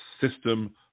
system